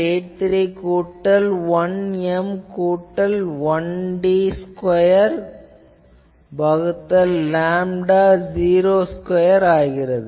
83 N கூட்டல் 1 M கூட்டல் 1 d square வகுத்தல் லேம்டா 0 ஸ்கொயர் ஆகிறது